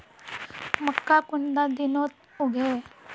मक्का कुंडा दिनोत उगैहे?